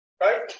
Right